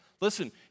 Listen